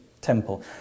temple